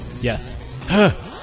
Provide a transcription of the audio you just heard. Yes